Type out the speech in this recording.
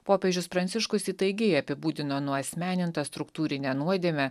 popiežius pranciškus įtaigiai apibūdino nuasmenintą struktūrinę nuodėmę